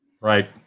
Right